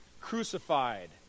crucified